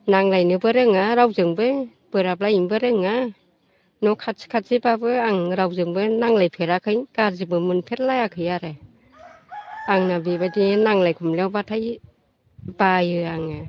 नांज्लायनोबो रोङा रावजोंबो बोराब लायनोबो रोङा न' खाथि खाथिब्लाबो आं रावजोंबो नांज्लायफेराखै गारजिबो मोनफेरलायाखै आरो आंना बेबायदि नांज्लाय खमज्लायनायावब्लाथाय बायो आङो